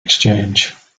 exchange